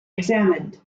examined